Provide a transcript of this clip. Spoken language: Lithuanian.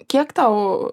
kiek tau